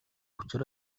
учир